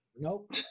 Nope